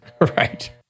Right